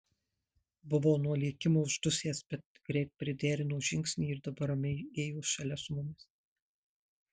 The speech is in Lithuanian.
buvo nuo lėkimo uždusęs bet greitai priderino žingsnį ir dabar ramiai ėjo šalia su mumis